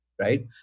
right